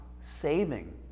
saving